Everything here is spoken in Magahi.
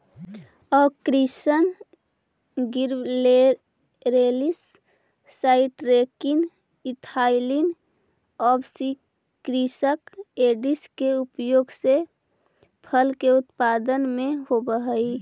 auxin, gibberellins, cytokinin, ethylene, abscisic acid के उपयोग फल के उत्पादन में होवऽ हई